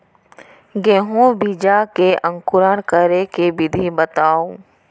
गेहूँ बीजा के अंकुरण करे के विधि बतावव?